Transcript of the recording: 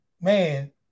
man